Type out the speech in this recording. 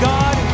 God